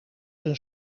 een